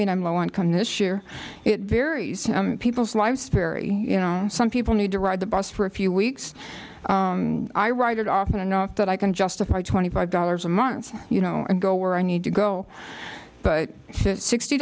mean i'm low income this year it varies people's lives very you know some people need to ride the bus for a few weeks i ride it often enough that i can justify twenty five dollars a month you know and go where i need to go but sixty